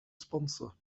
sponsor